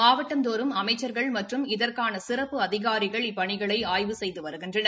மாவட்டந்தோறும் அமைச்சா்கள் மற்றும் இதற்கான சிறப்பு அதிகாரிகள் இப்பணிகளை ஆய்வு செய்து வருகின்றனர்